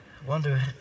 wonder